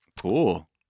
Cool